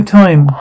time